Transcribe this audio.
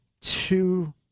two